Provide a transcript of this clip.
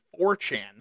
4chan